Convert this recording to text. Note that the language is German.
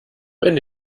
wenn